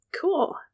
Cool